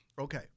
Okay